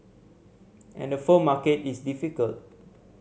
and the phone market is difficult